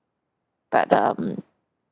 but um